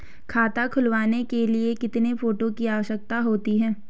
खाता खुलवाने के लिए कितने फोटो की आवश्यकता होती है?